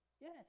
Yes